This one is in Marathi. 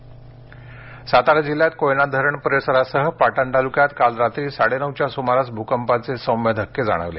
सातारा सातारा जिल्ह्यात कोयना धरण परिसरासह पाटण तालुक्यात काल रात्री साडेनऊच्या सुमारास भूकंपाचे सौम्य धक्के जाणवले